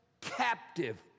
captive